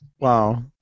Wow